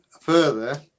further